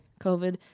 COVID